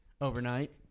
overnight